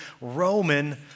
Roman